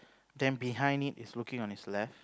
then behind it it's looking on its left